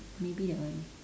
maybe that one